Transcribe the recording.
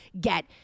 get